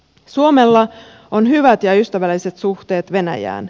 suomella on hyvät ja ystävälliset suhteet venäjään